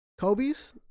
Kobe's